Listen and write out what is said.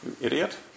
idiot